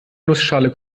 nussschale